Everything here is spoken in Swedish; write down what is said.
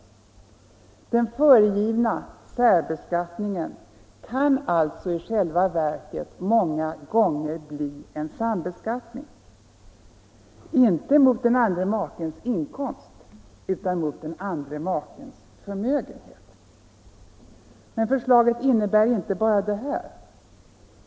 Den föregivna särbeskattningen kan alltså i själva verket många gånger bli en ”sambeskattning” — men inte med den andre makens inkomst, utan med den andre makens förmögenhet. Men förslaget innebär inte bara detta.